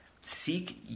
Seek